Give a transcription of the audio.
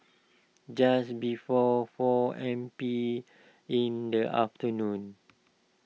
just before four M P in the afternoon